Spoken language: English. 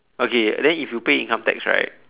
okay then if you pay income tax right